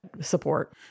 support